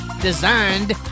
designed